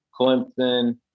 clemson